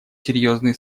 серьезные